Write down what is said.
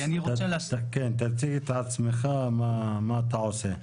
תציג את עצמך, מה אתה עושה?